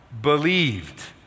believed